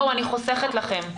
אני חוסכת לכם,